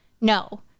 No